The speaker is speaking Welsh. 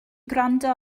gwrando